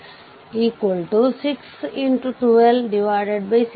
25amps ಆಗಿದೆ ಆದ್ದರಿಂದ ಈ ರೀತಿಯಾಗಿ ನೀವು ಥೆವೆನಿನ್ ಪ್ರಮೇಯವನ್ನು ಬಳಸಿಕೊಂಡು RL ಮೂಲಕ ಕರೆಂಟ್ ಪಡೆಯಬಹುದು